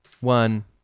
one